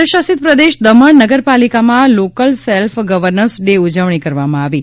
કેન્દ્ર શાસિત પ્રદેશ દમણ નગરપાલિકામાં લોકલ સેલ્ફ ગવનર્સ ડે ઉજવણી કરવામાં આવી છે